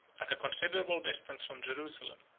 at a considerable distance from jerusalem,